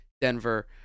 Denver